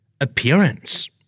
Appearance